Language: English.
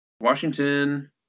Washington